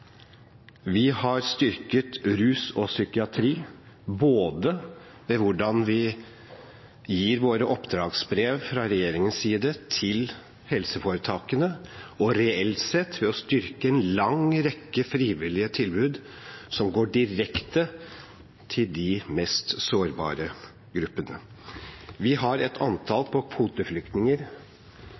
Vi har styrket rus og psykiatri, både ved hvordan vi gir våre oppdragsbrev fra regjeringens side til helseforetakene, og reelt sett ved å styrke en lang rekke frivillige tilbud som går direkte til de mest sårbare gruppene. Vi har et antall på kvoteflyktninger